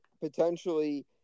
potentially